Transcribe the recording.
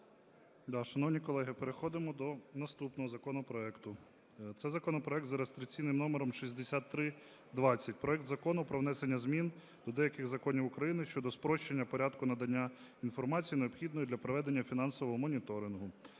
Шановні колеги, переходимо до наступного законопроекту. Це законопроект за реєстраційним номером 6320. Проект Закону про внесення змін до деяких законів України щодо спрощення порядку надання інформації, необхідної для проведення фінансового моніторингу.